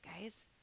guys